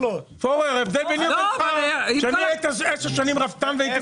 פורר, ההבדל ביני ובינך שאני הייתי עשר שנים רפתן.